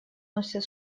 носят